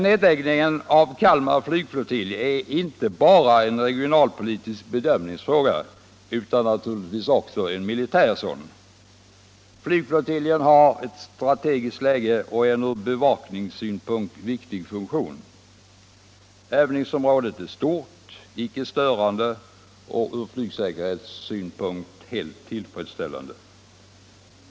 Nedläggningen av Kalmar flygflottilj är emellertid inte bara en regionalpolitisk bedömningsfråga utan naturligtvis också en militär sådan. Flottiljen har ett strategiskt läge och en ur bevakningssynpunkt viktig funktion. Övningsområdet är stort, icke störande och ur flygsäkerhetssynpunkt helt tillfredsställande.